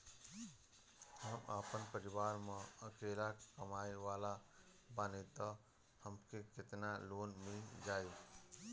हम आपन परिवार म अकेले कमाए वाला बानीं त हमके केतना लोन मिल जाई?